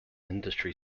industry